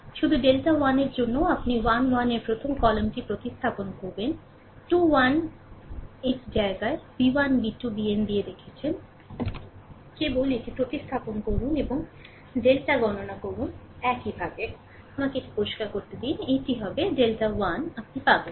শুধু ডেল্টা 1 এর জন্য আপনি 1 1 এর প্রথম কলামটি প্রতিস্থাপন করবেন 21 টি জায়গাটি b 1 b 2 bn দিয়ে রেখেছেন কেবল এটি প্রতিস্থাপন করুন এবং ডেল্টা গণনা করুন 1 একইভাবে আমাকে এটি পরিষ্কার করতে দিন এটি হবে ডেল্টা1 পান